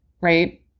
right